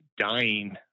dying